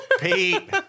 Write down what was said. Pete